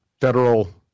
Federal